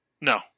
No